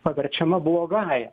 paverčiama blogąja